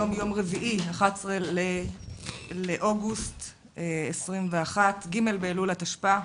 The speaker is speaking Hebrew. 11 באוגוסט 2021, ג' באלול התשפ"א.